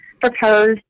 proposed